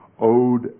owed